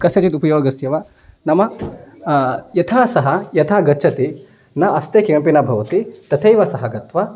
कस्यचिदुपयोगस्य वा नाम यथा सः यथा गच्छति न हस्ते किमपि न भवति तथैव सः गत्वा